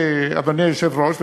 אדוני היושב-ראש,